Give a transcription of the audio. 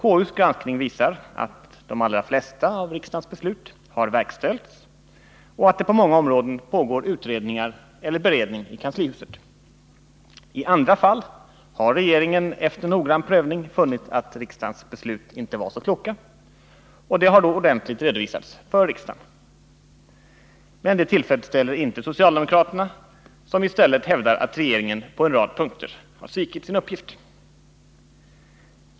KU:s granskning visar att de allra flesta av riksdagens beslut har verkställts och att det på många områden pågår utredningar eller beredning i kanslihuset. I andra fall har regeringen efter noggrann prövning funnit att riksdagens beslut inte var så kloka, och det har då ordentligt redovisats för riksdagen. Men det tillfredsställer inte socialdemokraterna, som i stället hävdar att regeringen på en rad punkter har svikit sin uppgift.